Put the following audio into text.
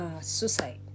suicide